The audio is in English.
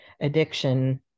addiction